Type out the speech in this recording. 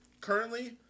currently